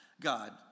God